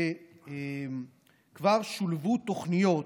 וכבר שולבו תוכניות